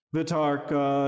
Vitarka